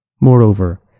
Moreover